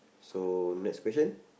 so next question